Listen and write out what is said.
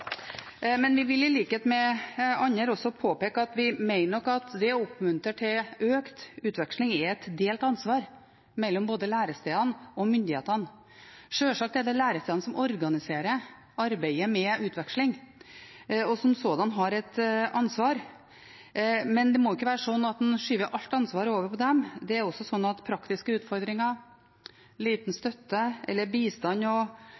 men vi vil, i likhet med andre, også påpeke at vi nok mener at det å oppmuntre til økt utveksling er et delt ansvar mellom lærestedene og myndighetene. Sjølsagt er det lærestedene som organiserer arbeidet med utveksling, og som sådan har et ansvar, men det må ikke være slik at en skyver alt ansvaret over på dem. Også praktiske utfordringer, liten støtte eller bistand